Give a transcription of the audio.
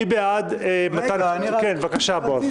בבקשה, בועז.